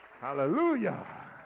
Hallelujah